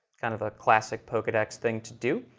kind of a classic pokedex thing to do.